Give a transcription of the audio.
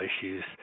issues